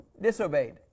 disobeyed